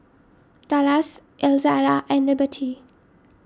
Dallas Elzala and Liberty